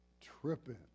tripping